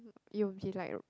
it will be like